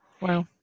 Wow